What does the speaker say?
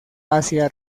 asia